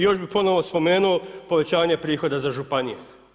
I još bi ponovno spomenuo povećanje prihoda za županije.